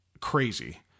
crazy